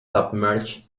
submerged